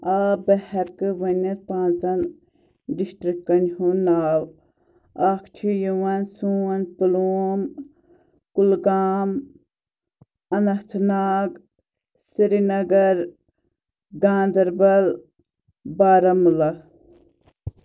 آ بہٕ ہٮ۪کہٕ ؤنِتھ پانٛژَن ڈِسٹرٛکَن ہُنٛد ناو اَکھ چھُ یِوان سون پُلوم کُلگام اَنت ناگ سریٖنگر گانٛدَربَل بارہمولہٕ